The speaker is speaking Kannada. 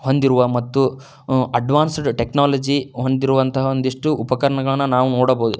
ಹೊಂದಿರುವ ಮತ್ತು ಅಡ್ವಾನ್ಸಡ್ ಟೆಕ್ನಾಲಜಿ ಹೊಂದಿರುವಂತಹ ಒಂದಿಷ್ಟು ಉಪಕರಣಗಳನ್ನು ನಾವು ನೋಡಬೋದು